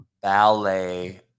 ballet